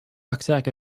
rucksack